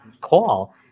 call